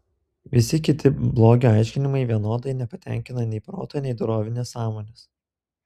visi kiti blogio aiškinimai vienodai nepatenkina nei proto nei dorovinės sąmonės